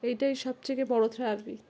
এইটাই সবচেকে বড়ো থেরাপি